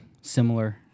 similar